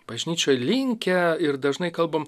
bažnyčioj linkę ir dažnai kalbam